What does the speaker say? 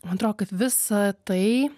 man atrodo kad visa tai